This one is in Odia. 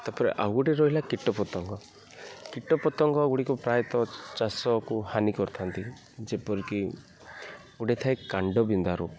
ତାପରେ ଆଉ ଗୋଟେ ରହିଲା କୀଟପତଙ୍ଗ କୀଟପତଙ୍ଗ କୀଟପତଙ୍ଗ କୀଟପତଙ୍ଗ ଗୁଡ଼ିକ ପ୍ରାୟତଃ ଚାଷକୁ ହାନି କରିଥାନ୍ତି ଯେପରିକି ଗୋଟେ ଥାଏ କାଣ୍ଡ ବିନ୍ଧାରୁ